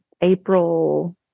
April